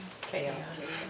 Chaos